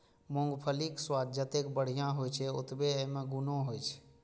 मूंगफलीक स्वाद जतेक बढ़िया होइ छै, ओतबे अय मे गुणो होइ छै